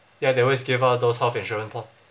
ya they always give us those health insurance po~